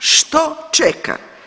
Što čeka?